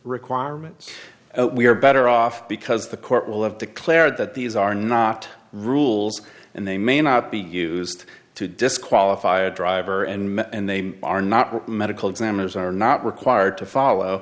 requirements we are better off because the court will have declared that these are not rules and they may not be used to disqualify a driver and they are not medical examiners are not required to